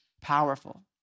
powerful